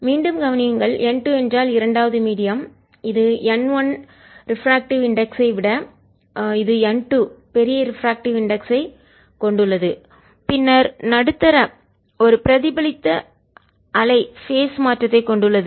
மீண்டும் கவனியுங்கள் n2 என்றால் இரண்டாவது மீடியம் இது n1 ரீபிராக்ட்டிவ் இண்டெக்ஸ் ஐ விட இது n2 பெரிய ரீபிராக்ட்டிவ் இண்டெக்ஸ் ஐ ஒளிவிலகல் குறியீட்டைக் கொண்டுள்ளது பின்னர் நடுத்தர 1 பிரதிபலித்த அலை பேஸ்கட்ட மாற்றத்தைக் கொண்டுள்ளது